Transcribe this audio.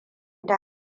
ta